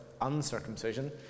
uncircumcision